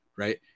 Right